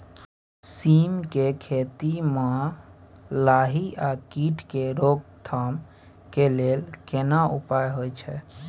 सीम के खेती म लाही आ कीट के रोक थाम के लेल केना उपाय होय छै?